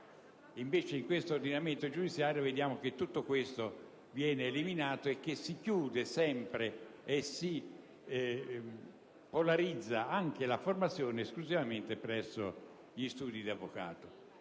Invece, in questo ordinamento giudiziario vediamo che tutto ciò viene eliminato e che si chiude e si polarizza sempre la formazione esclusivamente sugli studi legali, fatto